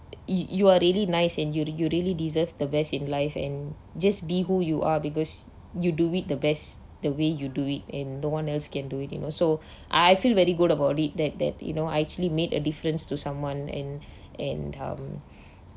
you are really nice and you you really deserve the best in life and just be who you are because you do it the best the way you do it and no one else can do it you know so I feel very good about it that that you know I actually made a difference to someone and and um